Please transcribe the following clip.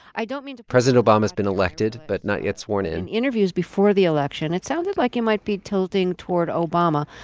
i don't mean. president obama's been elected but not yet sworn in in interviews before the election, it sounded like you might be tilting toward obama.